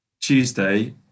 Tuesday